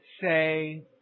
say